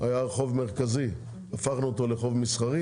היה שם רחוב מרכזי, הפכנו אותו לרחוב מסחרי